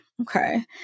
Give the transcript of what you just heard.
Okay